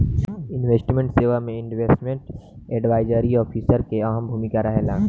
investment सेवा में investment advisory officer के अहम भूमिका रहेला